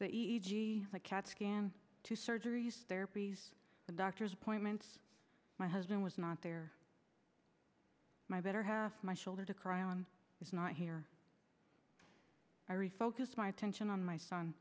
g the cat scan two surgeries therapies and doctors appointments my husband was not there my better half my shoulder to cry on is not here i refocused my attention on my son